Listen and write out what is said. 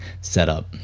setup